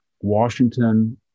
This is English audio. Washington